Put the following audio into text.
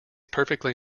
perfectly